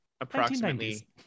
approximately